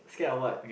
scared of what